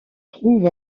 trouve